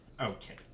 okay